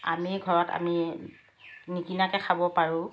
আমেই আমি ঘৰত নিকিনাকৈ খাব পাৰোঁ